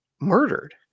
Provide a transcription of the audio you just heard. murdered